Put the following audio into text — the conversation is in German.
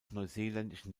neuseeländischen